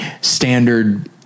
standard